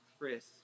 Chris